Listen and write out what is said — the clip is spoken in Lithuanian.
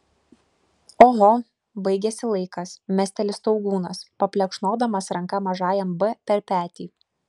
oho baigėsi laikas mesteli staugūnas paplekšnodamas ranka mažajam b per petį